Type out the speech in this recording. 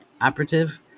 operative